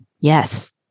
Yes